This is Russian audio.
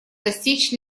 достичь